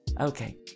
Okay